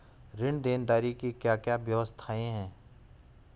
ऋण देनदारी की क्या क्या व्यवस्थाएँ हैं?